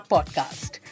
Podcast